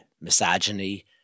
misogyny